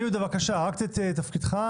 ברוכה הבאה, בבקשה, 15 שניות תהילה שלך.